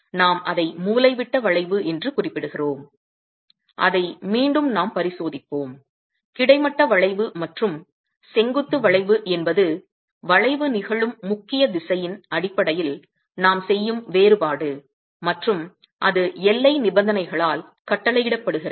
நாம் அதை மூலைவிட்ட வளைவு என்று குறிப்பிடுகிறோம் அதை மீண்டும் நாம் பரிசோதிப்போம் கிடைமட்ட வளைவு மற்றும் செங்குத்து வளைவு என்பது வளைவு நிகழும் முக்கிய திசையின் அடிப்படையில் நாம் செய்யும் வேறுபாடு மற்றும் அது எல்லை நிபந்தனைகளால் கட்டளையிடப்படுகிறது